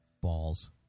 balls